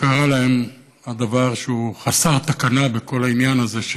שקרה להן הדבר שהוא חסר תקנה בכל העניין הזה,